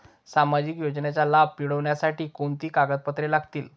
सामाजिक योजनेचा लाभ मिळण्यासाठी कोणती कागदपत्रे लागतील?